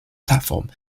platform